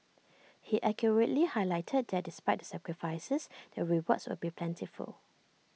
he accurately highlighted that despite the sacrifices the rewards would be plentiful